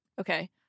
Okay